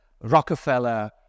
Rockefeller